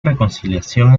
reconciliación